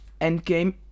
Endgame